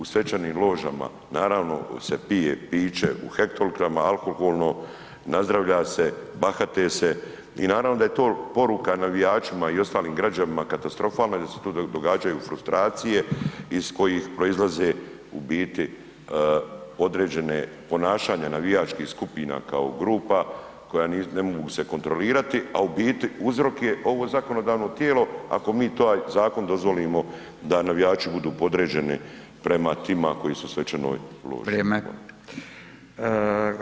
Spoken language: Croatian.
U svečanim ložama, naravno se pije piće u hektolitrima alkoholno, nazdravlja se, bahate se i naravno da je to poruka navijačima i ostalim građanima katastrofalna i da se tu događaju frustracije iz kojih proizlaze u biti određene ponašanja navijačkih skupina kao grupa koja ne mogu se kontrolirati, a u biti uzrok je ovo zakonodavno tijelo ako mi taj zakon dozvolimo da navijači budu podređeni prema tima koji su u svečanoj loži.